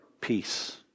peace